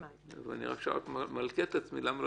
אני עכשיו רק מלקה את עצמי למה לא